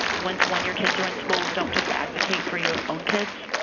when when your kids are in school, don't just advocate for your own kids,